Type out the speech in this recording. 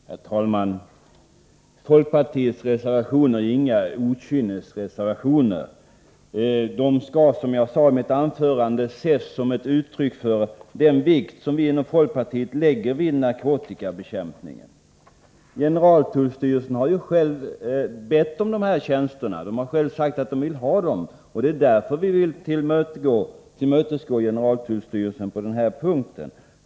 Herr talman! Folkpartiets reservationer är inga okynnesreservationer. De skall, som jag sade i mitt anförande, ses som ett uttryck för den vikt som vi inom folkpartiet lägger vid narkotikabekämpningen. Generaltullstyrelsen har själv bett om dessa tjänster — det är därför som vi vill göra ett tillmötesgående på den punkten.